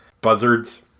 buzzards